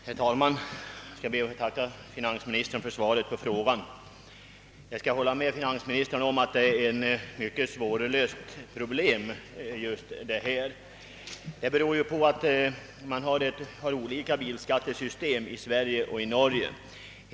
Herr talman! Jag ber att få tacka fir nansministern för svaret på frågan. Jag skall hålla med finansministern om att problemet är mycket svårlöst. Det beror på att olika bilskattesystem tillämpas i Sverige och Norge.